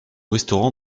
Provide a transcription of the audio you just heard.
restaurant